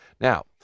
Now